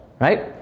Right